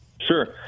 Sure